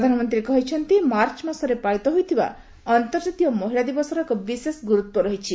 ପ୍ରଧାନମନ୍ତ୍ରୀ କହିଛନ୍ତି ମାର୍ଚ୍ଚ ମାସରେ ପାଳିତ ହେଉଥିବା ଅନ୍ତର୍ଜାତୀୟ ମହିଳା ଦିବସର ଏକ ବିଶେଷ ଗୁରୁତ୍ୱ ରହିଛି